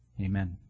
Amen